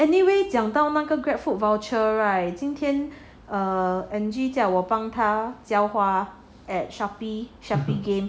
anyway 讲到那个 Grab food voucher right 今天 err angie 叫我帮他交花 at Shopee game